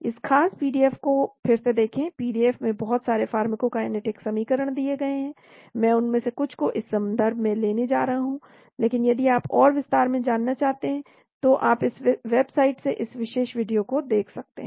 इस खास पीडीएफ को फिर से देखें पीडीएफ में बहुत सारे फार्माकोकाइनेटिक समीकरण दिए गए हैं मैं उनमें से कुछ को इस संदर्भ से लेने जा रहा हूं लेकिन यदि आप और विस्तार में जाना चाहते हैं तो आप इस वेबसाइट से इस विशेष वीडियो को देख सकते हैं